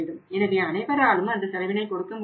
எனவே அனைவராலும் அந்த செலவினை கொடுக்க முடியாது